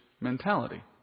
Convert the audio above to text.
mentality